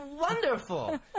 wonderful